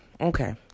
Okay